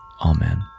Amen